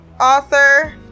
author